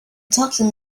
talking